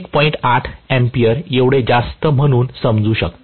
8 A एवढे जास्त म्हणून समजू शकते